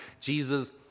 Jesus